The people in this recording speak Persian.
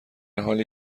حالی